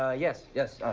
ah yes, yes.